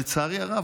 לצערי הרב,